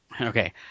Okay